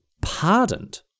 pardoned